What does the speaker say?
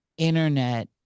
internet